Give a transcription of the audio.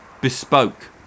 bespoke